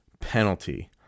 penalty